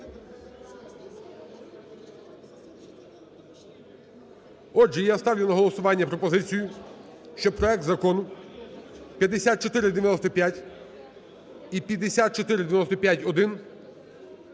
Отже, я ставлю на голосування пропозицію, щоб проект Закону 5495 і 5495-1